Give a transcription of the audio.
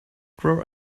grow